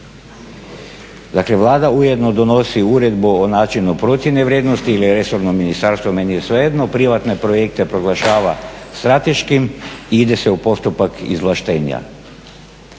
Vlada ujedno donosi i Uredbu o načinu procjene vrijednosti ili resorno ministarstvo, meni je svejedno. Privatne projekte proglašava strateškim, ide se u postupak izvlaštenja.